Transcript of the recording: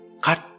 Cut